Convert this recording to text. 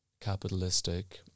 capitalistic